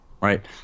right